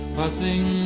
passing